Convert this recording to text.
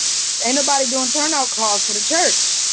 ain't nobody doing turnout calls for the church.